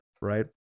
right